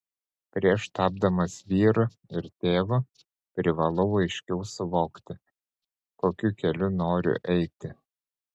prieš tapdamas vyru ir tėvu privalau aiškiau suvokti kokiu keliu noriu eiti